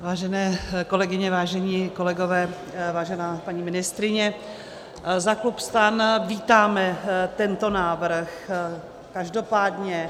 Vážené kolegyně, vážení kolegové, vážená paní ministryně, za klub STAN vítáme tento návrh každopádně.